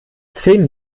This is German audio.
zehn